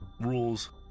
rules